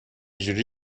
جوری